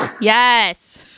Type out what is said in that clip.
Yes